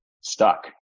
stuck